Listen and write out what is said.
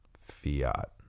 Fiat